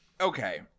okay